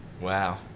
Wow